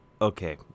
Okay